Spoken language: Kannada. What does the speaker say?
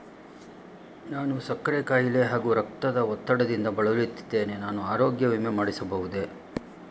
ನಾನು ಸಕ್ಕರೆ ಖಾಯಿಲೆ ಹಾಗೂ ರಕ್ತದ ಒತ್ತಡದಿಂದ ಬಳಲುತ್ತಿದ್ದೇನೆ ನಾನು ಆರೋಗ್ಯ ವಿಮೆ ಮಾಡಿಸಬಹುದೇ?